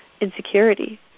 insecurity